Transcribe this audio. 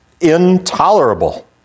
intolerable